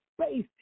space